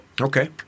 Okay